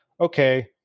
okay